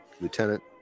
Lieutenant